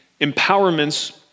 empowerments